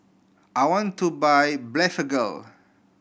I want to buy Blephagel